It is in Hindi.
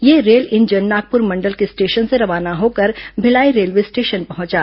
यह रेल इंजन नागपुर मंडल के स्टेशन से रवाना होकर भिलाई रेलवे स्टेशन पहुंचा